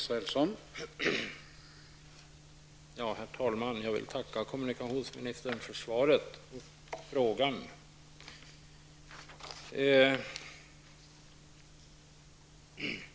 Herr talman! Jag vill tacka kommunikationsministern för svaret på min fråga.